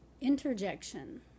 Interjection